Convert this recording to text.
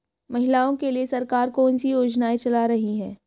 महिलाओं के लिए सरकार कौन सी योजनाएं चला रही है?